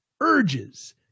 urges